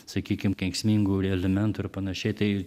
sakykim kenksmingų elementų ir panašiai tai